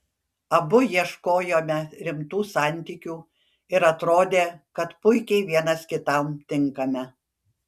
abu ieškojome rimtų santykių ir atrodė kad puikiai vienas kitam tinkame